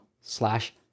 slash